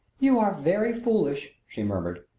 you are very foolish! she murmured.